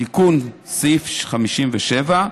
תיקון סעיף 57,